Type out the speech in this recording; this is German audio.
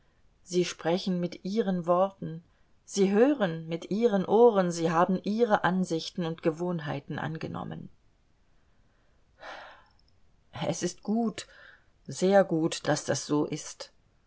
sie sprechen mit ihren worten sie hören mit ihren ohren sie haben ihre ansichten und gewohnheiten angenommen es ist gut sehr gut daß so ist